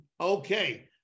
okay